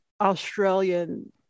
Australian